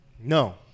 No